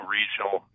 regional